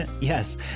Yes